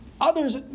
Others